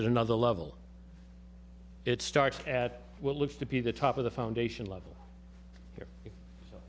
at another level it starts at will look to be the top of the foundation level